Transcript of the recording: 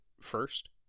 first